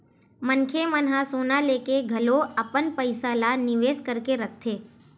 मनखे मन ह सोना लेके घलो अपन पइसा ल निवेस करके रखथे